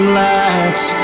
lights